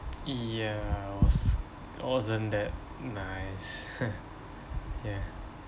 ya was~ wasn't that nice yeah